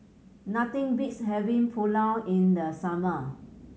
nothing beats having Pulao in the summer